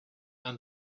and